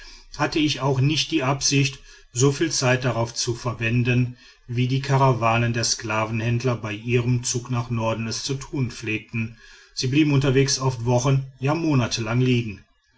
hatte ich auch nicht die absicht soviel zeit darauf zu verwenden wie die karawanen der sklavenhändler bei ihrem zug nach norden es zu tun pflegten sie blieben unterwegs oft wochen ja monatelang liegen